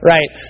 Right